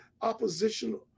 opposition